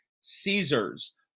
Caesars